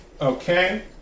Okay